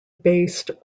based